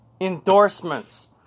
endorsements